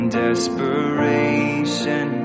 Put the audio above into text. desperation